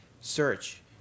search